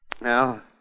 Now